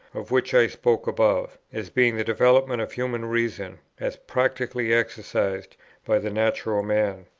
of which i spoke above, as being the development of human reason, as practically exercised by the natural man.